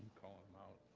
call him out.